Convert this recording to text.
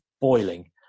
boiling